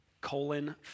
colon